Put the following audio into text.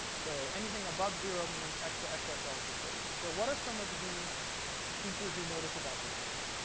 so anything above zero means extra excess relative risk. so what are some of the features you notice about this data?